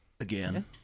Again